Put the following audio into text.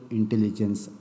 Intelligence